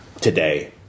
Today